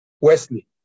Wesley